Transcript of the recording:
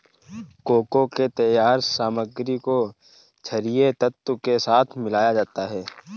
cocoa के तैयार सामग्री को छरिये तत्व के साथ मिलाया जाता है